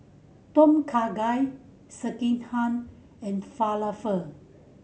Tom Kha Gai Sekihan and Falafel